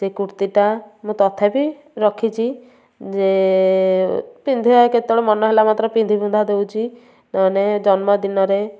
ସେଇ କୁର୍ତ୍ତୀଟା ମୁଁ ତଥାପି ରଖିଛି ଯେ ପିନ୍ଧେ ଆ କେତେବେଳେ ମନ ହେଲା ମାତ୍ର ପିନ୍ଧିପୁନ୍ଧା ଦଉଛି ନହେନେ ଜନ୍ମଦିନରେ